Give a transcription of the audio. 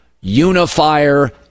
unifier